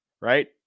right